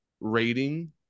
rating